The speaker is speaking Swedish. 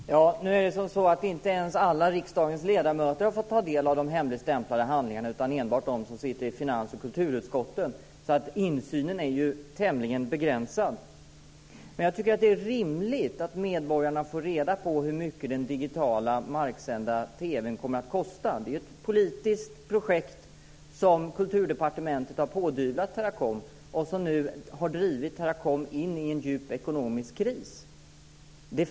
Fru talman! Nu är det så att inte ens alla riksdagens ledamöter har fått ta del av de hemligstämplade handlingarna utan enbart de som sitter i finans och kulturutskotten. Så insynen är ju tämligen begränsad. Jag tycker att det är rimligt att medborgarna får reda på hur mycket den digitala marksända TV:n kommer att kosta. Det är ju ett politiskt projekt som Kulturdepartementet har pådyvlat Teracom och som nu har drivit Teracom in i en djup ekonomisk kris.